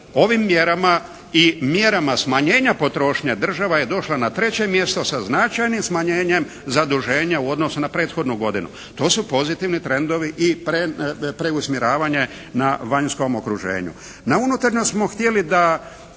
ovim mjerama i mjerama smanjenja potrošnje država je došla na treće mjesto sa značajnim smanjenjem zaduženja u odnosu na prethodnu godinu. To su pozitivni trendovi i preusmjeravanje na vanjskom okruženju.